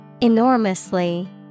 Enormously